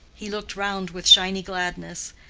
he looked round with shiny gladness.